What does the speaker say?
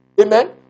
Amen